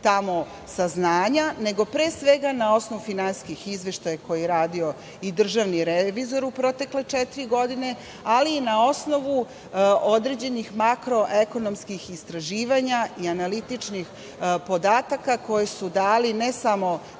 tamo saznanja, nego pre svega na osnovu finansijskih izveštaja koje je radio Državni revizor u protekle četiri godine, ali i na osnovu određenih makroekonomskih istraživanja i analitičkih podataka koji su dali ne samo